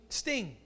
sting